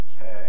okay